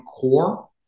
core